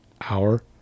hour